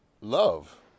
love